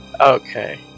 Okay